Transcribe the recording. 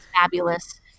Fabulous